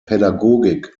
pädagogik